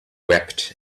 wept